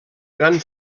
gran